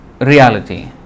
reality